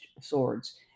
swords